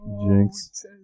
Jinx